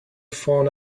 phone